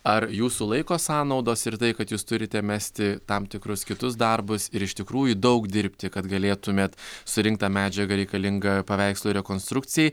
ar jūsų laiko sąnaudos ir tai kad jūs turite mesti tam tikrus kitus darbus ir iš tikrųjų daug dirbti kad galėtumėt surinkt tą medžiagą reikalingą paveikslo rekonstrukcijai